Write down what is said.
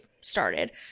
started